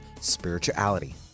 Spirituality